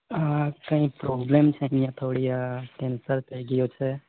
આ કોઈ પ્રોબ્લેમ છે અહીંયા થોડી આ કેન્સર થઈ ગયું છે